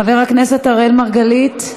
חבר הכנסת אראל מרגלית,